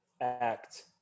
act